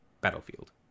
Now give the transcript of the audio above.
Battlefield